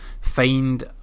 find